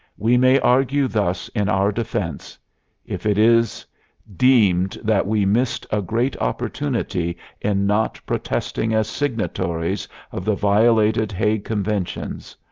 we may argue thus in our defense if it is deemed that we missed a great opportunity in not protesting as signatories of the violated hague conventions,